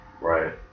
Right